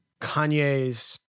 Kanye's